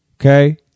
Okay